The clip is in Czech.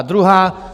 Druhá.